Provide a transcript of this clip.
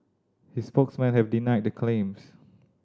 his spokesmen have denied the claims